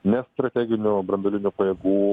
nestrateginių branduolinių pajėgų